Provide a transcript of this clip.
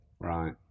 Right